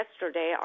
yesterday